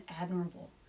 admirable